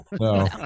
No